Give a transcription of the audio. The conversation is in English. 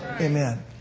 Amen